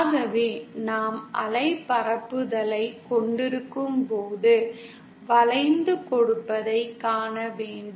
ஆகவே நாம் அலை பரப்புதலைக் கொண்டிருக்கும்போது வளைந்துகொடுப்பதைக் காண வேண்டும்